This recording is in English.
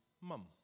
Mum